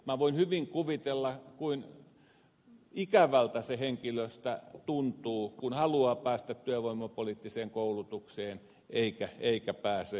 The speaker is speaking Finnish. minä voin hyvin kuvitella kuinka ikävältä se henkilöstä tuntuu kun haluaa päästä työvoimapoliittiseen koulutukseen eikä pääse